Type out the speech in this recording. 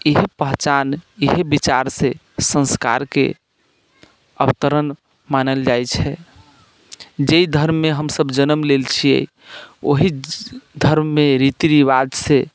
इएह पहचान इएह विचारसँ संस्कारके अवतरण मानल जाइत छै जाहि धर्ममे हमसभ जन्म लेल छियै ओहि धर्ममे रीति रिवाजसँ